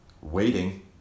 Waiting